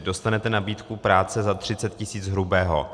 Dostanete nabídku práce za 30 tis. hrubého.